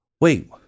Wait